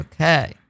Okay